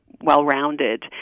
well-rounded